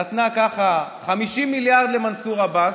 נתנה ככה 50 מיליארד למנסור עבאס,